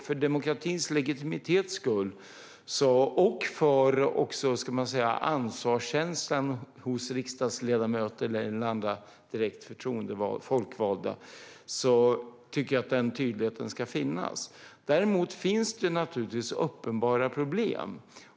För demokratins legitimitets skull och även för ansvarskänslans skull hos riksdagsledamöter eller andra direkt förtroendevalda eller folkvalda tycker jag att den tydligheten ska finnas. Dock finns det uppenbara problem.